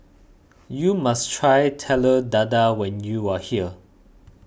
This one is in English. you must try Telur Dadah when you are here